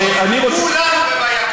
כולנו בבעיה קשה.